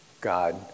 God